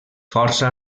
força